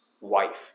wife